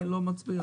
אני לא מצביע.